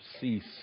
cease